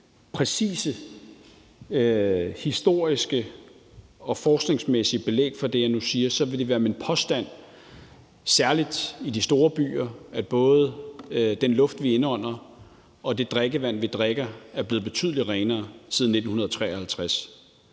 præcise historiske og forskningsmæssige belæg for det, jeg nu siger, vil det være min påstand, at i særlig de store byer er både den luft, vi indånder, og det drikkevand, vi drikker, blevet betydelig renere siden 1953.